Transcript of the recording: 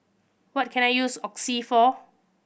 what can I use Oxy for